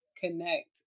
connect